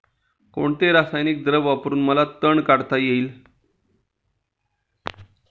कोणते रासायनिक द्रव वापरून मला तण काढता येईल?